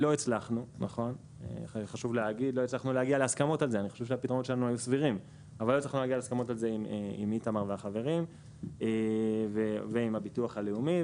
אבל לא הצלחנו להגיע להסכמות על זה עם איתמר והחברים ועם הביטוח הלאומי,